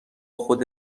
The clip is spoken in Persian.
خود